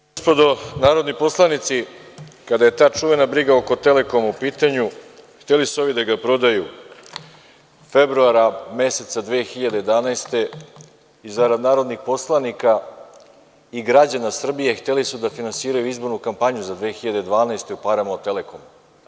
Dame i gospodo narodni poslanici, kada je ta čuvena briga oko „Telekoma“ upitanju, hteli su ovi da ga prodaju februara meseca 2011. godine i zarad narodnih poslanika i građana Srbije hteli su da finansiraju izbornu kampanju za 2012. godinu parama u „Telekomu“